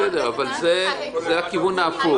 בסדר, אבל זה הכיוון ההפוך.